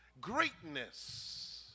Greatness